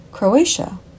Croatia